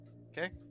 Okay